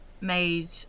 made